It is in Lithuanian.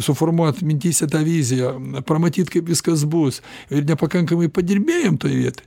suformuot mintyse tą viziją pamatyt kaip viskas bus ir nepakankamai padirbėjom toj vietoj